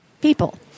people